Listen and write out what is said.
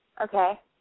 Okay